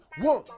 One